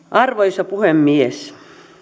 arvoisa puhemies